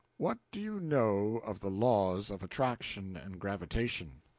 what do you know of the laws of attraction and gravitation?